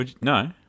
No